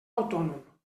autònom